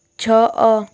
ଛଅ